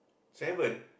seven